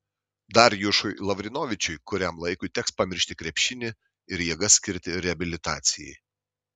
darjušui lavrinovičiui kuriam laikui teks pamiršti krepšinį ir jėgas skirti reabilitacijai